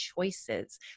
choices